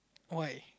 why